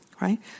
right